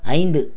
ஐந்து